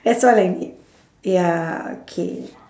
that's all I need ya okay